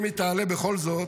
אם היא תעלה בכל זאת,